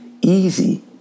easy